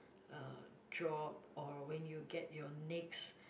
uh job or when you get your next